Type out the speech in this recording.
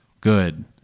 good